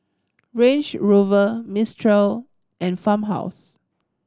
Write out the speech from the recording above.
Range Rover Mistral and Farmhouse